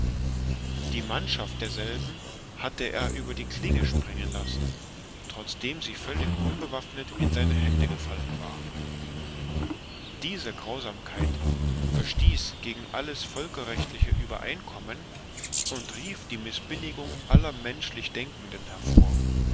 die mannschaft derselben hatte er über die klinge springen lassen trotzdem sie völlig unbewaffnet in seine hände gefallen war diese grausamkeit verstieß gegen alles völkerrechtliche uebereinkommen und rief die mißbilligung aller menschlich denkenden hervor